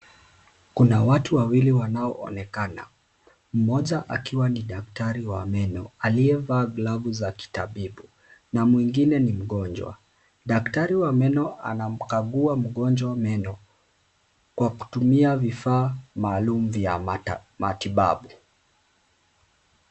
Kuna watu wawili wanaoonekana. Mmoja akiwa ni daktari wa meno aliyevaa glavu za kitabibu na mwingine ni mgonjwa. Daktari wa meno anamkagua mgonjwa meno kwa kutumia vifaa maalum vya matibabu.